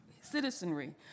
citizenry